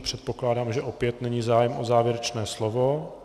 Předpokládám, že opět není zájem o závěrečné slovo.